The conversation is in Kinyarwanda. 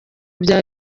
byaba